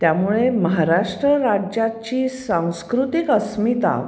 त्यामुळे महाराष्ट्र राज्याची सांस्कृतिक अस्मिता